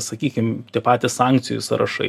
sakykim tie patys sankcijų sąrašai